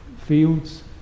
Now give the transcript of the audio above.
fields